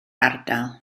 ardal